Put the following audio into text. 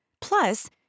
Plus